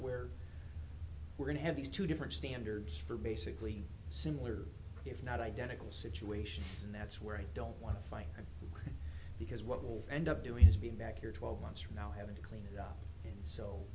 where we're going to have these two different standards for basically similar if not identical situation and that's where i don't want to fight because what will end up doing is being back here twelve months from now having to clean